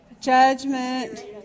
Judgment